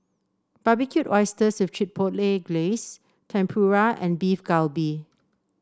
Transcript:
Barbecued Oysters with Chipotle Glaze Tempura and Beef Galbi